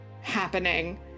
happening